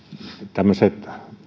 tämmöiset